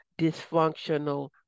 dysfunctional